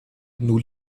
nous